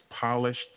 polished